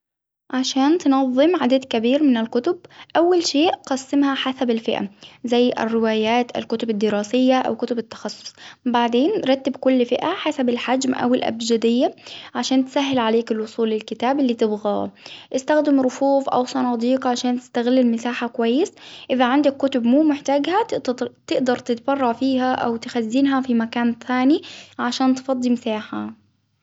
عشان تنظم عدد كبير من الكتب، أول شيء قسمها حسب الفئة، زي الروايات ،الكتب الدراسية، أو كتب التخصص، بعدين رتب كل فئة حسب الحجم أو الأبجدية، عشان تسهل عليك الوصول للكتاب اللي تبغاه، إستخدم رفوف أو صناديق عشان تستغل المساحة كويس، إذا عندك كتب مو محتاجها تق-تقدر تتبرع فيها أو تخزنها في مكان ثاني عشان تفضي مساحة.